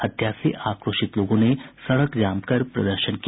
हत्या से आक्रोशित लोगों ने सड़क जाम कर प्रदर्शन किया